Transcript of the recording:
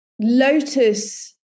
lotus